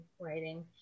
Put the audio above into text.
writing